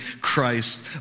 Christ